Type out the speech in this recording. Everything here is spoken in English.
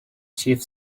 chief